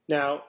Now